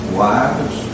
wives